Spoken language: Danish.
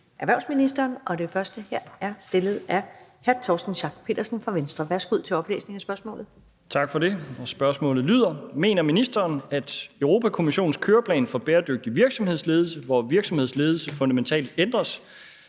erhvervsministeren, og det første spørgsmål her er stillet af hr. Torsten Schack Pedersen fra Venstre. Kl. 17:24 Spm. nr. S 816 17) Til erhvervsministeren af: Torsten Schack Pedersen (V): Mener ministeren, at Europa-Kommissionens køreplan for bæredygtig virksomhedsledelse, hvor virksomhedsledelse fundamentalt ændres